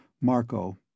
Marco